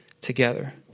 together